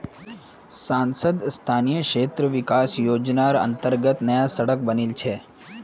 सांसद स्थानीय क्षेत्र विकास योजनार अंतर्गत नया सड़क बनील छै